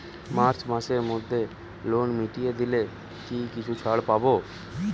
March মাসের মধ্যে loan মিটিয়ে দিলে কি কিছু ছাড় পাব?